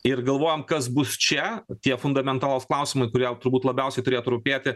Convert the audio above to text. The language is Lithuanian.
ir galvojom kas bus čia tie fundamentalūs klausimai kurie turbūt labiausiai turėtų rūpėti